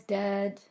dead